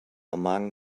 among